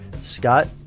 Scott